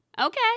Okay